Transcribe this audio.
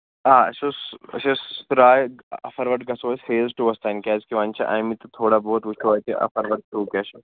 آ اَسہِ اوس اَسہِ اوس راے اَفروَٹھ گژھو أسۍ فیز ٹُوَس تانۍ کیٛازِ کہِ وۅنۍ چھِ آمٕتۍ تھوڑا بہت وُچھو اَتہِ اَفروَتھ کٮُ۪تھ گَژھِ